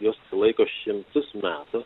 jos laiko šimtus metų